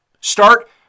Start